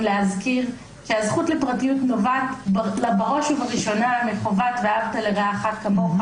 להזכיר שהזכות לפרטיות נובעת בראש ובראש מחובת ואהבת לרעך כמוך